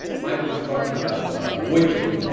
michael was talking about ah boykin.